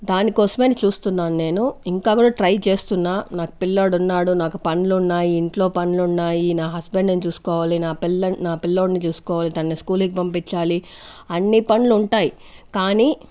దానికోసమనే చూస్తున్నాను నేను ఇంకా కూడా ట్రై చేస్తున్న నాకు పిల్లోడున్నాడు నాకు పనులున్నాయి ఇంట్లో పనులున్నాయి నా హస్బెండ్ ని చూసుకోవాలి నా పిల్లో పిల్లోడ్ని చూసుకోవాలి తనని స్కూల్ కి పంపించాలి అన్నీ పనులుంటాయి కానీ